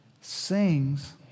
sings